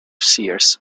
seers